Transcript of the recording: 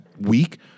week